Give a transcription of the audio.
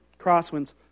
Crosswinds